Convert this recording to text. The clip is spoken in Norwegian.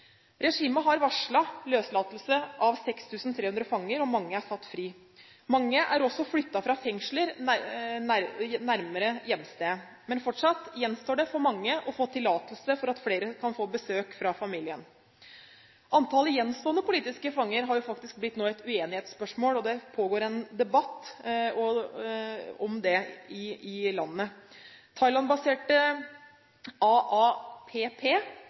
Regimet har varslet løslatelse av 6 300 fanger. Mange er satt fri, og mange er flyttet til fengsler nærmere hjemstedet. Men fortsatt gjenstår det for mange å få tillatelse til besøk fra familien. Antallet gjenværende politiske fanger har faktisk blitt et uenighetsspørsmål, og det pågår en debatt om det i landet.